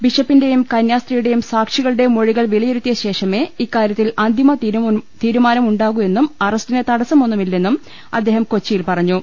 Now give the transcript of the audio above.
ബിഷപ്പിന്റെയും കന്യാസ്ത്രീയുടെയും സാക്ഷികളുടെയും മൊഴിക്ൾ വിലയിരുത്തിയശേഷമേ ഇക്കാര്യത്തിൽ അന്തിമതീരുമാനമുണ്ടാകൂ എന്നും അറ സ്റ്റിന് തടസ്സമൊന്നുമില്ലെന്നും അദ്ദേഹം കൊച്ചിയിൽ പറ ഞ്ഞു